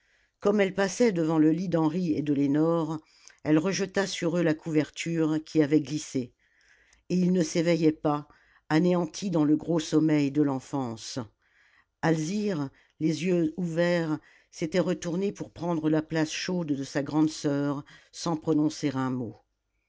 comme elle passait devant le lit d'henri et de lénore elle rejeta sur eux la couverture qui avait glissé et ils ne s'éveillaient pas anéantis dans le gros sommeil de l'enfance alzire les yeux ouverts s'était retournée pour prendre la place chaude de sa grande soeur sans prononcer un mot